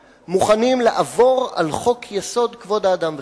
מוכנים לעבור על חוק-יסוד: כבוד האדם וחירותו,